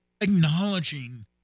acknowledging